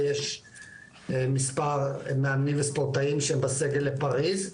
ויש מספר מאמנים וספורטאים שהם בסגל לפריז.